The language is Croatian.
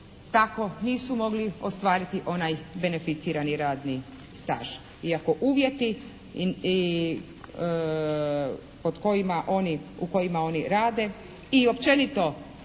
Tako nisu mogli ostvariti onaj beneficirani radni staž. Iako uvjeti pod kojima oni, u kojima